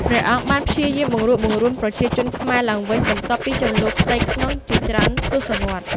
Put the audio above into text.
ព្រះអង្គបានព្យាយាមបង្រួបបង្រួមប្រជាជនខ្មែរឡើងវិញបន្ទាប់ពីជម្លោះផ្ទៃក្នុងជាច្រើនទសវត្សរ៍។